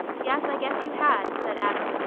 yes, i guess you had, said adam.